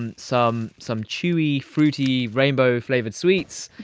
and some some chewy fruity rainbow flakes wheats wheats